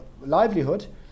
livelihood